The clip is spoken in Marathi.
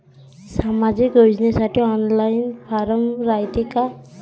सामाजिक योजनेसाठी ऑनलाईन फारम रायते का?